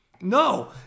No